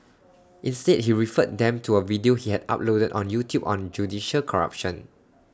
instead he referred them to A video he had uploaded on YouTube on judicial corruption